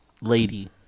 lady